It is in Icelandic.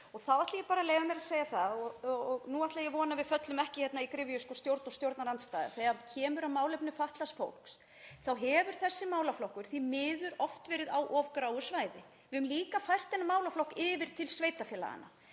Þá ætla ég bara að leyfa mér að segja það, og nú ætla ég að vona að við föllum ekki í gryfjuna stjórn og stjórnarandstaða, að þegar kemur að málefnum fatlaðs fólks hefur þessi málaflokkur því miður oft verið á of gráu svæði. Við höfum líka fært þennan málaflokk yfir til sveitarfélaganna